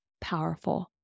powerful